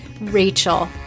Rachel